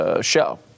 show